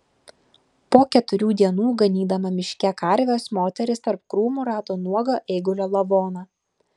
po keturių dienų ganydama miške karves moteris tarp krūmų rado nuogą eigulio lavoną